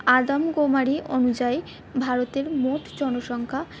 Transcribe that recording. আদামকুমারী অনুযায়ী ভারতের মোট জনসংখ্যা